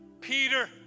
Peter